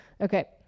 okay